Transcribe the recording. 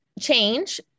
change